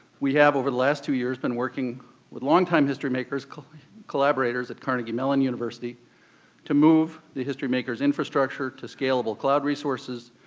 we have over the last two years been working with longtime historymakers collaborators at carnegie mellon university to move the historymakers infrastructure to scalable cloud resources,